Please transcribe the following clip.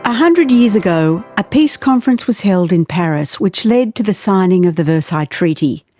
ah hundred years ago, a peace conference was held in paris which led to the signing of the versailles treaty.